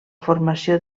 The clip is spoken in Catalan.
formació